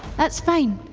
that's fine.